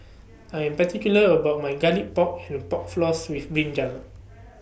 I Am particular about My Garlic Pork and Pork Floss with Brinjal